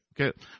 Okay